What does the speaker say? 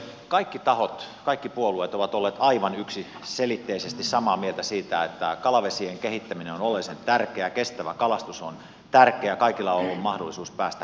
kaikki tahot kaikki puolueet ovat olleet aivan yksiselitteisesti samaa mieltä siitä että kalavesien kehittäminen on oleellisen tärkeää kestävä kalastus on tärkeää ja kaikilla on ollut mahdollisuus päästä kalaan